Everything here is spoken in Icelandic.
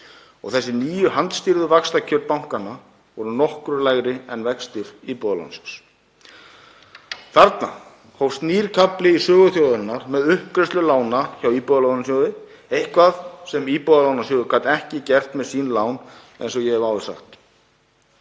Þessi nýju handstýrðu vaxtakjör bankanna voru nokkru lægri en vextir Íbúðalánasjóðs. Þarna hófst nýr kafli í sögu þjóðarinnar með uppgreiðslu lána hjá Íbúðalánasjóði, eitthvað sem Íbúðalánasjóður gat ekki gert með sín lán eins og ég hef áður sagt.